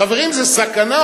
חברים, זו סכנה.